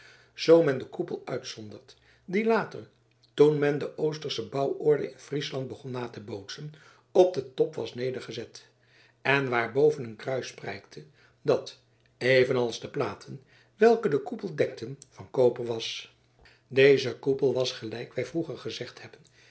zoo men den koepel uitzondert die later toen men de oostersche bouworde in friesland begon na te bootsen op den top was nedergezet en waarboven een kruis prijkte dat evenals de platen welke den koepel dekten van koper was deze koepel was gelijk wij vroeger gezegd hebben